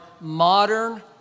modern